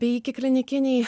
bei ikiklinikiniai